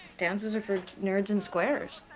dances are for nerds and squares.